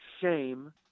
shame